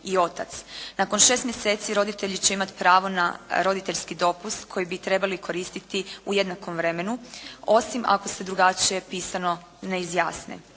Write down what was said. Nakon 6 mjeseci roditelji će imati pravo na roditeljski dopust koji bi trebali koristiti u jednakom vremenu, osim ako se drugačije pisano ne izjasne.